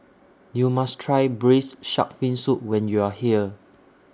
YOU must Try Braised Shark Fin Soup when YOU Are here